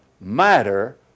matter